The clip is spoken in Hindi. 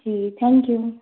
ji thank you